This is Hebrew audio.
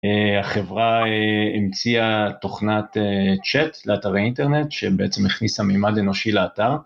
אה... החברה המציאה תוכנת צ'אט לאתר האינטרנט, שבעצם הכניסה מימד אנושי לאתר.